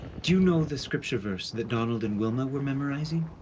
do you know the scripture verse that donald and wilma were memorizing?